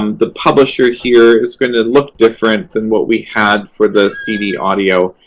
um the publisher here is going to look different than what we had for the cd audio,